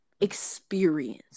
experience